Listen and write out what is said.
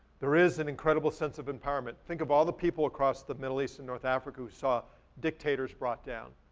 there is an incredible sense of empowerment. think of all the people across the middle east and north africa who saw dictators brought down.